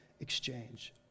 exchange